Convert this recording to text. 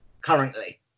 currently